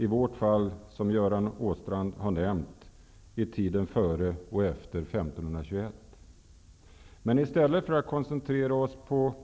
I vårt fall handlar de om tiden före och efter 1521. Men i stället för att koncentrera oss på